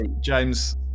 James